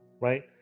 right